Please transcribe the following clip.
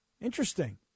interesting